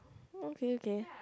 okay okay